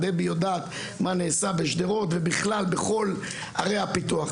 דבי יודעת מה נעשה בשדרות ובכלל בכל ערי הפיתוח,